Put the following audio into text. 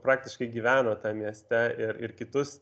praktiškai gyveno tame mieste ir ir kitus